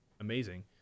amazing